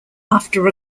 after